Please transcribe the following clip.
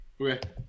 Okay